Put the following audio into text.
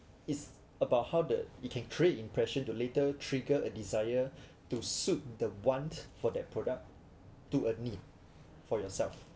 it's about how the you can trade impression to later trigger a desire to suit the want for that product to a need for yourself